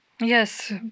Yes